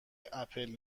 اپل